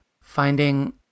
finding